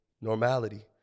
normality